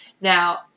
Now